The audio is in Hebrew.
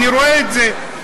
אני רואה את זה.